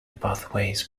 pathways